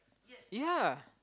yeah